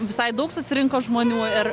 visai daug susirinko žmonių ir